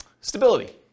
stability